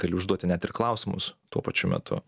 gali užduoti net ir klausimus tuo pačiu metu